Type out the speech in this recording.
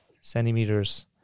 centimeters